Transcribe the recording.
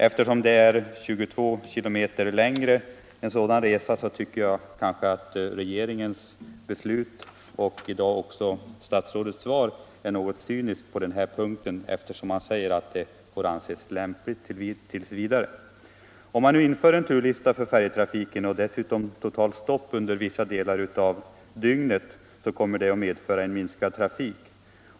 Eftersom resan för dessa personer skulle bli 22 km längre, tycker jag att regeringens beslut — liksom statsrådets svar i dag — är något cyniskt på den här punkten. Man säger att den föreslagna turlistan får anses lämplig t. v. Införes turlista för färjtrafiken och dessutom totalt stopp under vissa delar av dygnet, kommer detta att medföra minskad trafik.